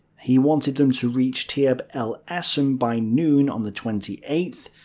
he wanted them to reach taieb el esem by noon on the twenty eighth,